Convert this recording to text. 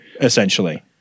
essentially